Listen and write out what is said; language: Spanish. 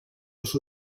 los